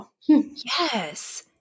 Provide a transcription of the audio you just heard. yes